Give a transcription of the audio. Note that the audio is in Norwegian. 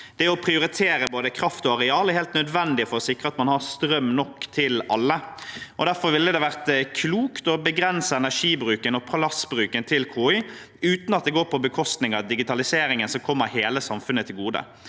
Det å prioritere både kraft og areal er helt nødvendig for å sikre at man har strøm nok til alle. Derfor ville det vært klokt å begrense energibruken og plassbruken til KI uten at det går på bekostning av digitaliseringen som kommer hele samfunnet til gode.